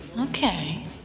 Okay